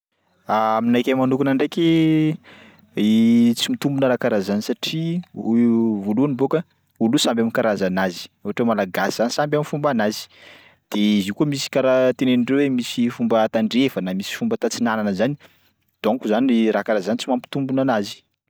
Aminakay manokana ndraiky tsy mitombona raha karaha zany satria voalohany bôka olo io samby am'karazanazy ohatry hoe malagasy zany samby am'fombanazy de zio koa misy karaha tenenindreo hoe misy fomba atandrefana misy fomba tatsignana zany donc zany raha karaha zany tsy mampitombona anazy.